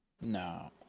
No